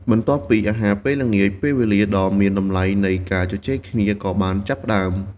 បន្ទាប់ពីអាហារពេលល្ងាច ពេលវេលាដ៏មានតម្លៃនៃការជជែកគ្នាក៏បានចាប់ផ្តើម។